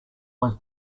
was